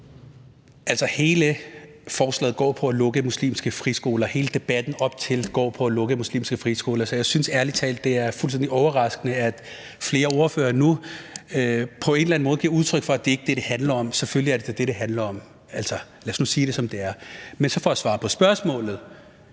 Altså, hele forslaget går på at lukke muslimske friskoler, hele debatten op til har gået på at lukke muslimske friskoler, så jeg synes ærlig talt, det er fuldstændig overraskende, at flere ordførere nu på en eller anden måde giver udtryk for, at det ikke er det, det handler om. Selvfølgelig er det da det, det handler om. Altså, lad os nu sige det, som det er. Men for at svare på spørgsmålet